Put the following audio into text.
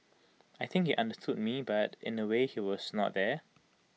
I think he understood me but in A way he was not there